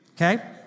Okay